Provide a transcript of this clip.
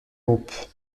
groupe